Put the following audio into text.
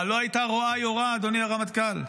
מה, לא הייתה "רואה-יורה", אדוני הרמטכ"ל?